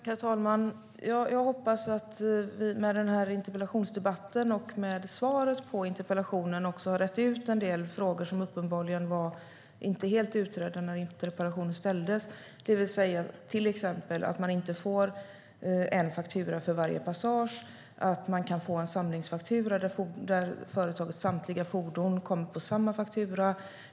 Herr talman! Jag hoppas att vi med den här interpellationsdebatten och även med svaret på interpellationen har rett ut en del frågor som uppenbarligen inte var helt utredda när interpellationen ställdes, till exempel att man inte får en faktura för varje passage och att man kan få en samlingsfaktura för företagets samtliga fordon.